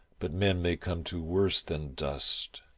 but men may come to worse than dust.